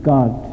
God